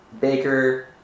Baker